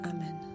Amen